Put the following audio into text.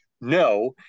no